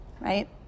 right